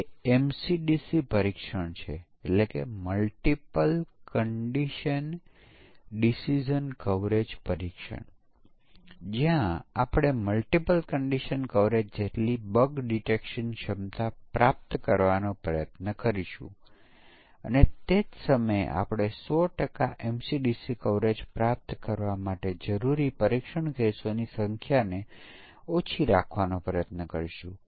પ્રથમ આપણી પાસે અહીં 2 સેટ છે માન્ય અને અમાન્ય પછી આ દરેક માટે આપણે ડિઝાઇન કરીએ છીએ આપણે માન્યમાં વધુ સમકક્ષ વર્ગો શોધીએ છીએ